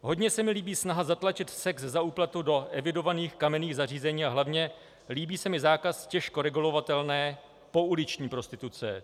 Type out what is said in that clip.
Hodně se mi líbí snaha zatlačit sex za úplatu do evidovaných kamenných zařízení a hlavně líbí se mi zákaz těžko regulovatelné pouliční prostituce.